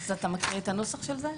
אתה מקריא את הנוסח של זה?